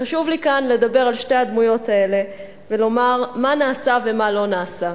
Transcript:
חשוב לי כאן לדבר על שתי הדמויות האלה ולומר מה נעשה ומה לא נעשה.